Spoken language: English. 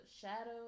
shadow